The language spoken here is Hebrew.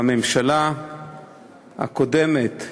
והממשלה הקודמת,